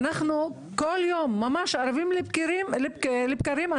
אנחנו כל יום מערבים עד לבקרים אנחנו